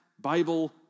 Bible